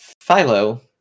Philo